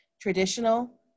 traditional